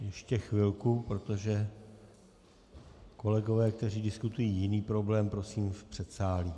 Ještě chvilku, protože kolegové, kteří diskutují jiný problém, prosím v předsálí.